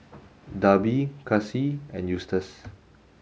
Darby Casie and Eustace